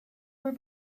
were